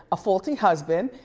a faulty husband,